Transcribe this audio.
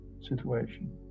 situation